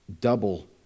double